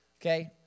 okay